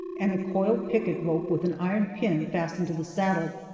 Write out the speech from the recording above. and a coiled picket rope with an iron pin fastened to the saddle.